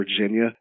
Virginia